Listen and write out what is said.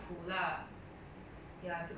but 如果那些没有的那些你看